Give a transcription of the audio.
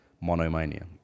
Monomania